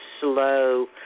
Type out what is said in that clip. slow